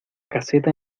caseta